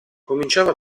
cominciava